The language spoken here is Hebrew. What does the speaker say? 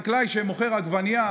חקלאי שמוכר עגבנייה,